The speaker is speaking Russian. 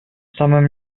самым